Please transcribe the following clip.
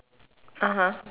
(uh huh)